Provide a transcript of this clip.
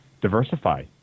diversify